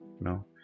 no